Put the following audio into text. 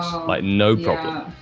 like no problem.